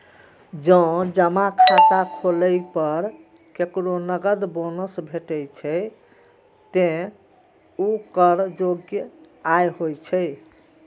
जौं जमा खाता खोलै पर केकरो नकद बोनस भेटै छै, ते ऊ कर योग्य आय होइ छै